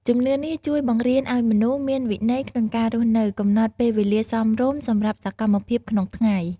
ជំនឿនេះជួយបង្រៀនឲ្យមនុស្សមានវិន័យក្នុងការរស់នៅ កំណត់ពេលវេលាសមរម្យសម្រាប់សកម្មភាពក្នុងថ្ងៃ។